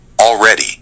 already